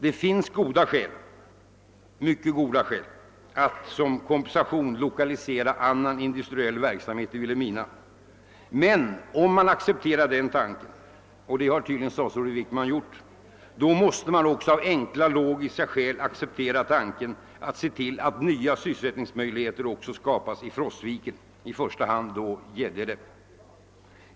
Det finns mycket goda skäl att som kompensation lokalisera annan industriell verksamhet till Vilhelmina, men om man accepterar den tanken, och det har tydligen statsrådet Wickman gjort, måste man också av enkla logiska skäl acceptera tanken att nya sysselsättningsmöjligheter också skapas i Frostviken, i första hand då i Gäddede.